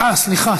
סליחה,